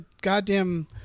goddamn